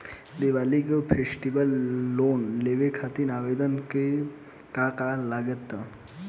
Diwali festival loan लेवे खातिर आवेदन करे म का का लगा तऽ?